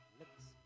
looks